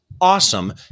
awesome